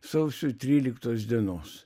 sausio tryliktos dienos